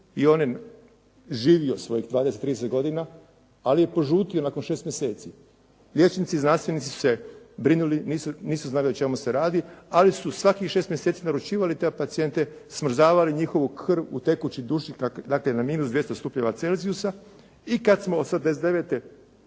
i on je živio svojih 20, 30 godina, ali je požutio nakon 6 mjeseci. Liječnici i znanstvenici su se brinuli, nisu znali o čemu se radi, ali su svakih 6 mjeseci naručivali te pacijente, smrzavali njihovu krv u tekući dušik, dakle na -200 stupnjeva celzijusa i kad smo '89.